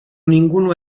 ninguno